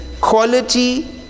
quality